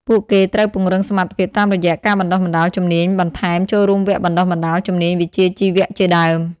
ពួកគេត្រូវពង្រឹងសមត្ថភាពតាមរយះការបណ្តុះបណ្តាលជំនាញបន្ថែមចូលរួមវគ្គបណ្តុះបណ្តាលជំនាញវិជ្ជាជីវៈជាដើម។